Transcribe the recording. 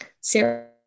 Sarah